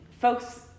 folks